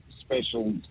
special